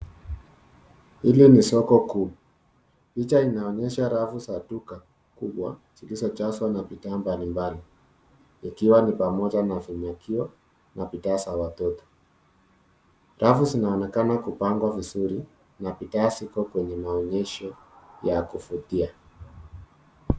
Hili ni soko kuu, picha inaonyesha rafu za duka kubwa zilizojazwa na bidhaa mbalimbali ikiwa ni pamoja na vimekio na bidhaa za watoto. Rafu zinaonekana kupangwa vizuri na bidhaa ziko kwenye maonyesho ya kuvutia.